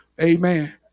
Amen